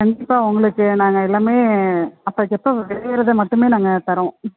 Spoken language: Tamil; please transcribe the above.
கண்டிப்பாக உங்களுக்கு நாங்கள் எல்லாமே அப்போக்கப்ப டெலிவரிது மட்டுமே நாங்கள் தரோம்